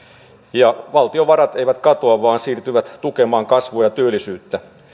ja valtion varat eivät katoa vaan siirtyvät tukemaan kasvua ja työllisyyttä